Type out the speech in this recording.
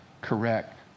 correct